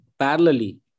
parallelly